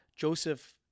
Joseph